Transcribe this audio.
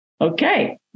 Okay